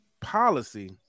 policy